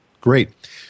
Great